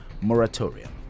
moratorium